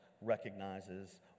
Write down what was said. recognizes